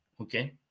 okay